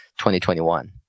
2021